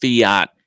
fiat